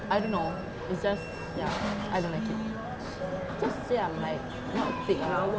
I don't know it's just ya I don't like it just say I'm like not thick ah but